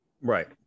right